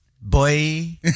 boy